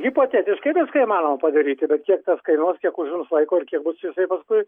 hipotetiškai viską įmanoma padaryti bet kiek kainuos kiek užims laiko ir kiek bus jisai paskui